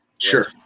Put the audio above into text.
Sure